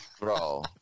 Bro